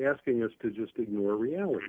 asking us to just ignore reality